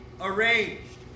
arranged